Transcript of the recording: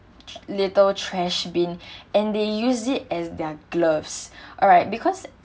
little trash bin and they use it as their gloves alright because